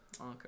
Okay